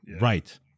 right